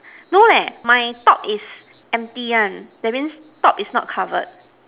no leh my top is empty one that means top is not covered